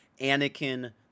Anakin